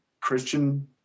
Christian